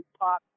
Pop